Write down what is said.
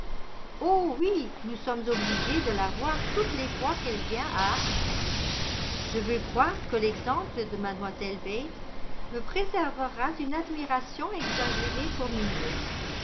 oh oui nous sommes obligés de la voir toutes les fois qu'elle vient à hartfield je veux croire que l'exemple de mlle bates me préservera d'une admiration exagérée pour mes nièces